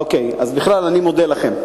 אוקיי, אז בכלל אני מודה לכם.